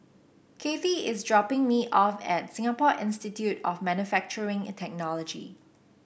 Kathy is dropping me off at Singapore Institute of Manufacturing and Technology